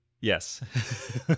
Yes